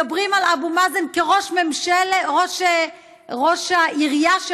מדברים על אבו מאזן כראש העירייה של